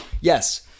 yes